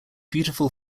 beautiful